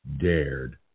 dared